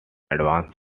advanced